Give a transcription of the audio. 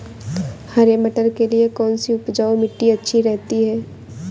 हरे मटर के लिए कौन सी उपजाऊ मिट्टी अच्छी रहती है?